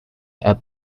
ebb